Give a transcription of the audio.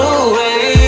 away